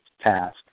task